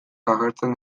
agertzen